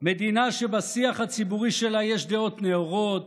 מדינה שבשיח הציבורי שלה יש דעות נאורות,